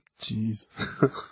Jeez